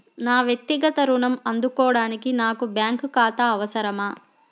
నా వక్తిగత ఋణం అందుకోడానికి నాకు బ్యాంక్ ఖాతా అవసరమా?